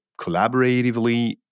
collaboratively